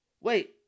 Wait